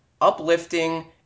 Uplifting